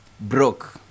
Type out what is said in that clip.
broke